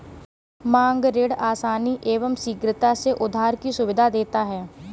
मांग ऋण आसानी एवं शीघ्रता से उधार की सुविधा देता है